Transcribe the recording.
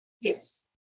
Yes